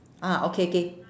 ah okay K